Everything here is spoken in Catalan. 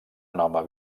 nova